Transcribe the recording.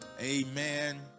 Amen